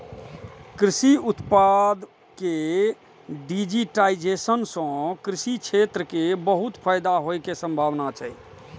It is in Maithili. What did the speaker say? कृषि उत्पाद के डिजिटाइजेशन सं कृषि क्षेत्र कें बहुत फायदा होइ के संभावना छै